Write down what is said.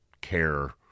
care